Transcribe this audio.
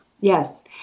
Yes